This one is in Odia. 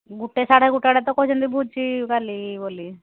ଗୋଟେ ସାଢ଼େ ଗୋଟେ ବେଳେ ତ କହିଛନ୍ତି ଭୋଜି କାଲି ବୋଲି